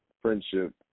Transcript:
friendship